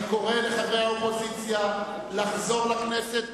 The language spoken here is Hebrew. אני קורא לחברי האופוזיציה לחזור לכנסת,